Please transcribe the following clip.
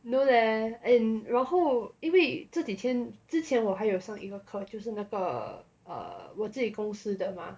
no leh and 然后因为这几天之前我还有上一个课就是那个我 err 自己公司的嘛